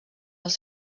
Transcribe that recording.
els